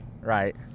Right